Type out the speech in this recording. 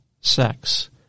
sex